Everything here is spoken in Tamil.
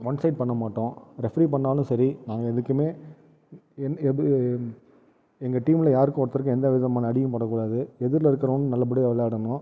ஒன் சைடு பண்ண மாட்டோம் ரெஃப்ரி பண்ணாலும் சரி நாங்கள் எதுக்குமே எது எங்கள் டீம்மில் யாருக்கு ஒருத்தருக்கு எந்த விதமான அடியும் படக்கூடாது எதிரில் இருக்குறவங்களும் நல்லபடியாக விளையாடணும்